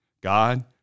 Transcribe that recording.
God